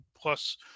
plus